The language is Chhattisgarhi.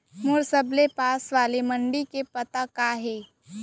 मोर सबले पास वाले मण्डी के पता का हे?